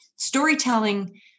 storytelling